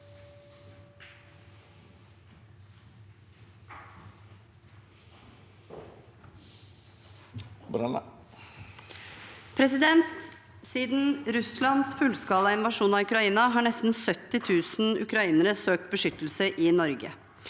Siden Russlands fullskala invasjon av Ukraina har nesten 70 000 ukrainere søkt beskyttelse i Norge.